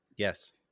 Yes